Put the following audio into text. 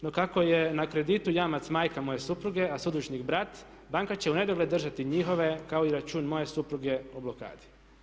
No kako je na kreditu jamac majka moje supruge a sudužnik brat, banka će u nedogled držati njihove kao i račun moje supruge u blokadi.